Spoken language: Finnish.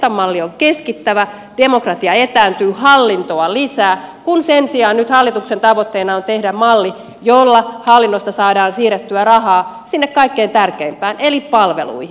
keskustan malli on keskittävä demokratia etääntyy hallintoa lisää kun sen sijaan nyt hallituksen tavoitteena on tehdä malli jolla hallinnosta saadaan siirrettyä rahaa sinne kaikkein tärkeimpään eli palveluihin